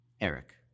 Eric